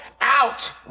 out